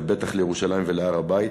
ובטח לירושלים ולהר-הבית,